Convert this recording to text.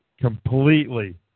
completely